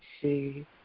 see